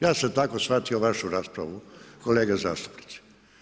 Ja sam tako shvatio vašu raspravu, kolege zastupnici.